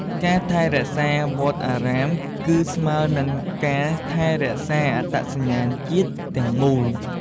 ការថែរក្សាវត្តអារាមគឺស្មើនឹងការថែរក្សាអត្តសញ្ញាណជាតិទាំងមូល។